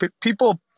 people